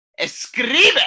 Escribe